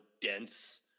dense